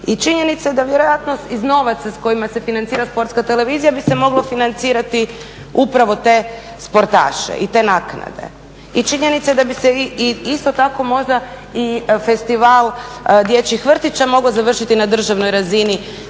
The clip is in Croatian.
I činjenica je da vjerojatno iz novaca iz kojih se financira Sportska televizija bi se moglo financirati upravo te sportaše i te naknade. I činjenica je da bi se isto tako možda i Festival dječjih vrtića mogao završiti na državnoj razini, a